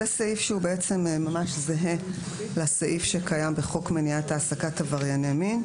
זה סעיף שהוא בעצם ממש זהה לסעיף שקיים בחוק מניעת העסקת עברייני מין.